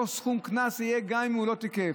אותו סכום קנס יהיה גם אם הוא לא תיקף.